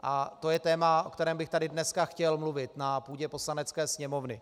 A to je téma, o kterém bych tady dneska chtěl mluvit na půdě Poslanecké sněmovny.